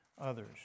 others